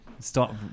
Stop